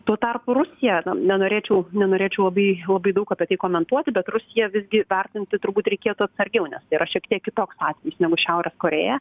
tuo tarpu rusija na nenorėčiau nenorėčiau labai labai daug apie tai komentuoti bet rusiją visgi vertinti turbūt reikėtų atsargiau nes tai yra šiek tiek kitoks atvejis negu šiaurės korėja